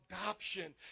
adoption